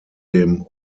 dem